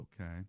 okay